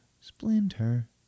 Splinter